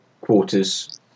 quarters